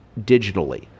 digitally